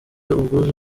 ubwuzu